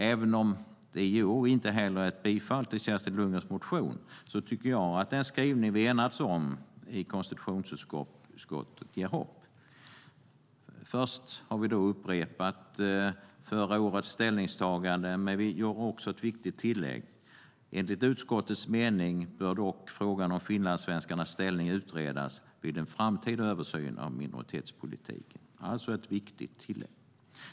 Även om det i år inte heller blir ett bifall till Kerstins Lundgrens motion tycker jag att den skrivning vi enats om inger hopp. Först har vi upprepat förra årets skrivning med ett viktigt tillägg: "Enligt utskottets mening bör dock frågan om finlandssvenskarnas ställning utredas vid en framtida översyn av minoritetspolitiken."